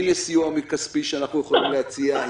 האם יש סיוע כספי שאנחנו יכולים להציע?